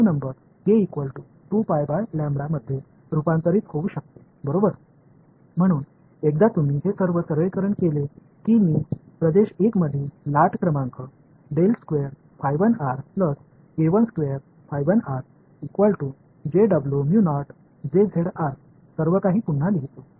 எனவே நீங்கள் அந்த எளிமைப்படுத்தலைச் செய்தவுடன் பிராந்தியத்தில் உள்ள அலை எண் 1 ஐ மீண்டும் மாற்றியமைத்ததால் நான் அதை ஒரு புதிய மாறிலியாக ஒடுக்க முடியும் பகுதி 2 அதே செய்முறையைப் பின்பற்றுகிறது